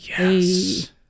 Yes